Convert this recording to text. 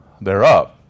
thereof